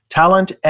talent